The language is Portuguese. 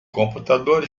computador